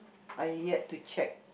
I yet to check